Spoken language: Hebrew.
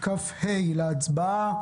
כה להצבעה.